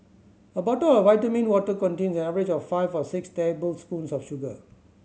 a bottle of vitamin water contains an average of five or six tablespoons of sugar